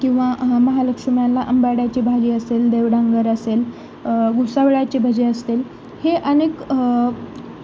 किंवा महालक्ष्म्यांला अंबाड्याची भाजी असेल देवडांगर असेल घोसावळ्याची भजी असतील हे अनेक